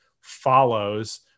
follows